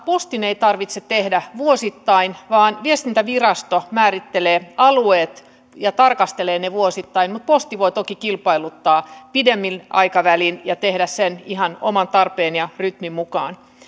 postin ei tarvitse tehdä kilpailutusta vuosittain vaan viestintävirasto määrittelee alueet ja tarkastelee ne vuosittain posti voi toki kilpailuttaa pidemmin aikavälein ja tehdä sen ihan oman tarpeen ja rytmin mukaan